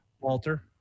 Walter